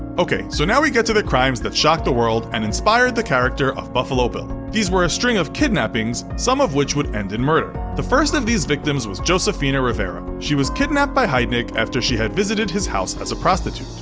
ok, so now we get to the crimes that shocked the world and inspired the character of buffalo bill. these were a string of kidnappings, some of which would end in murder. the first of these victims was josefina rivera. she was kidnapped by heidnik after she had visited his house as a prostitute.